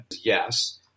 Yes